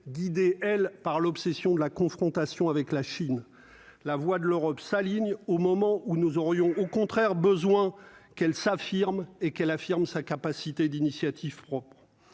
d'idées, elle, par l'obsession de la confrontation avec la Chine, la voix de l'Europe s'aligne au moment où nous aurions au contraire besoin qu'elle s'affirme et qu'elle affirme sa capacité d'initiative propre,